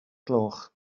gloch